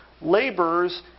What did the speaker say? laborers